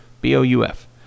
B-O-U-F